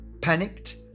Panicked